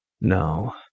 No